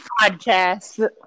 podcast